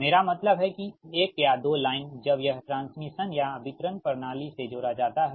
मेरा मतलब है कि एक या दो लाइन जब यह ट्रांसमिशन या वितरण प्रणाली से जोड़ा जाता है